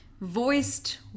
voiced